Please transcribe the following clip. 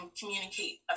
communicate